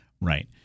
Right